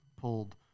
pulled